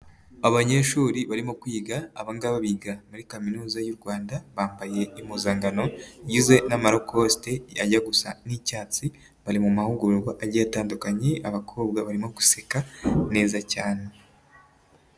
Abanyeshuri barimo kwiga, abaga biga muri kaminuza y'u Rwanda bambaye impuzankano igizwe n'amarokosite, ajya gusa n'icyatsi, bari mu mahugurwa agiye atandukanye, abakobwa barimo guseka neza cyane.